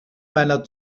meiner